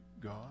God